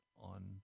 on